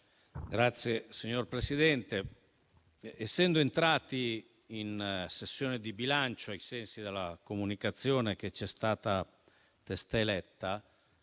Signor Presidente, essendo entrati nella sessione di bilancio ai sensi della comunicazione che ci è stata testé comunicata,